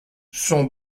son